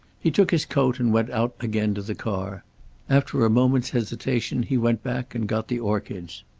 he took his coat and went out again to the car after a moment's hesitation he went back and got the orchids.